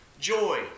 Joy